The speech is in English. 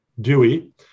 Dewey